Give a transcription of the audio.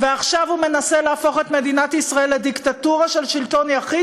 ועכשיו הוא מנסה להפוך את מדינת ישראל לדיקטטורה של שלטון יחיד,